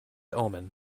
omen